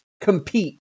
compete